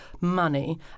money